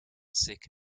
sick